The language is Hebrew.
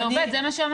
זה עובד, זה מה שאמרתי.